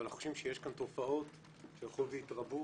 אבל אנחנו חושבים שיש כאן תופעות שהלכו והתרבו.